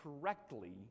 correctly